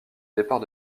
départ